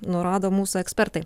nurodo mūsų ekspertai